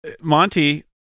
Monty